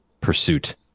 pursuit